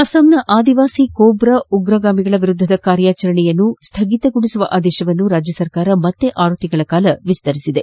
ಅಸ್ಸಾಂನ ಆದಿವಾಸಿ ಕ್ರೋಬಾ ಉಗ್ರಗಾಮಿಗಳ ವಿರುದ್ದದ ಕಾರ್ಯಾಚರಣೆ ಸ್ವಗಿತಗೊಳಿಸುವ ಆದೇಶವನ್ನು ರಾಜ್ಯ ಸರ್ಕಾರ ಮತ್ತೆ ಆರು ತಿಂಗಳು ವಿಸ್ತರಣೆ ಮಾಡಿದೆ